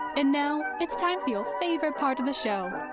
and now it's time field. favorite part of the show,